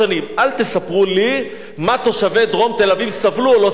אל תספרו לי מה תושבי דרום תל-אביב סבלו או לא סבלו.